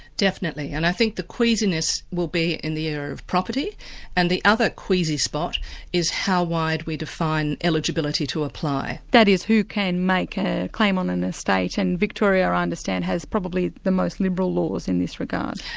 definitely. and i think the queasiness will be in the area of property and the other queasy spot is how wide we define eligibility to apply. that is, who can make a claim on an estate, and victoria i understand has probably the most liberal laws in this regard.